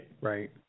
right